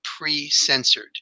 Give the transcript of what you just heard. pre-censored